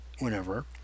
whenever